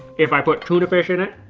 if i put tuna fish in it,